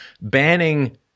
banning